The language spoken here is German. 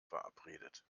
verabredet